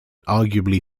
arguably